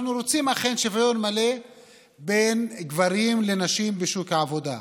אנחנו אכן רוצים שוויון מלא בין גברים לנשים בשוק עבודה,